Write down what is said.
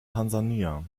tansania